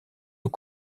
aux